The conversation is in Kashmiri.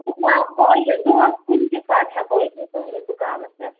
دۄہَس کُنہِ تہِ ساتہٕ ہٮ۪کو أسۍ یِتھ تُہٕنٛدِس دُکانَس پٮ۪ٹھ